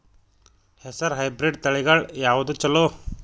ಹೆಸರ ಹೈಬ್ರಿಡ್ ತಳಿಗಳ ಯಾವದು ಚಲೋ?